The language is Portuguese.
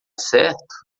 certo